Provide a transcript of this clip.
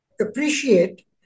appreciate